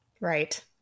Right